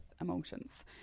emotions